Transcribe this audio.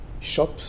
shop